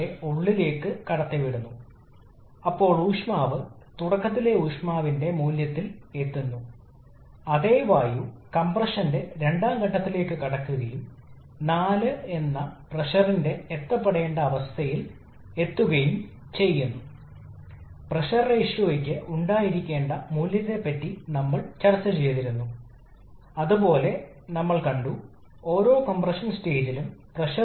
ഈ മൂന്നിലും നമുക്ക് നാല് പ്രക്രിയകളുണ്ട് നമ്മൾക്ക് ഒരു ഐസന്റ്രോപിക് കംപ്രഷനും ഒരു ഐസന്റ്രോപിക് വിപുലീകരണ പ്രക്രിയ അവയുടെ വ്യത്യാസം ചൂട് കൂട്ടിച്ചേർക്കലിന്റെയും താപത്തിന്റെയും രീതിയിലാണ് നിരസിക്കൽ